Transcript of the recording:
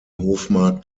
hofmark